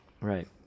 Right